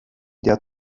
der